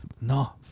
No